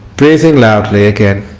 breathing loudly again